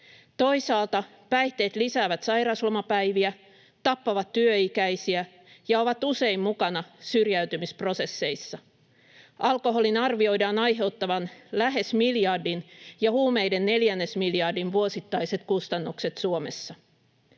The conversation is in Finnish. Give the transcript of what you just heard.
Toisaalta päihteet lisäävät sairauslomapäiviä, tappavat työikäisiä ja ovat usein mukana syrjäytymisprosesseissa. Alkoholin arvioidaan aiheuttavan lähes miljardin ja huumeiden neljännesmiljardin vuosittaiset kustannukset Suomessa.